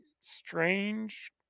strange